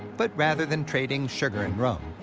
but rather than trading sugar and rum,